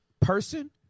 person